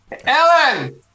ellen